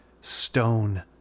stone